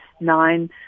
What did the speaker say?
nine